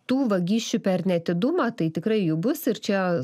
tų vagysčių per neatidumą tai tikrai jų bus ir čia